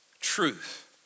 truth